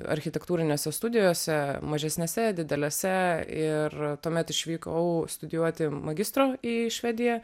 architektūrinėse studijose mažesnėse didelėse ir tuomet išvykau studijuoti magistro į švediją